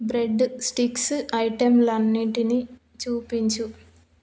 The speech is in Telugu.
బ్రెడ్ స్టిక్స్ ఐటెంలన్నిటినీ చూపించుము